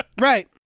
Right